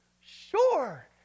sure